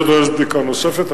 זה דורש בדיקה נוספת.